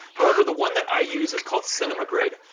however, the one that i use is called cinema grade,